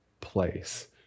place